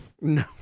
No